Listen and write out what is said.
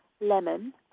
lemon